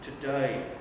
today